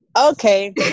Okay